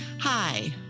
Hi